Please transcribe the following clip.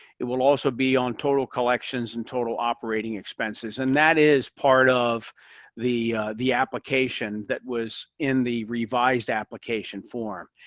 it will also be on total collections and total operating expenses. and that is part of the the application that was in the revised application form.